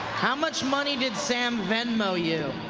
how much money did sam venmo you?